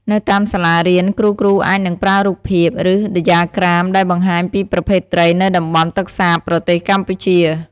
នៅតាមសាលារៀន គ្រូៗអាចនឹងប្រើរូបភាព ឬដ្យាក្រាមដែលបង្ហាញពីប្រភេទត្រីនៅតំបន់ទឹកសាបប្រទេសកម្ពុជា។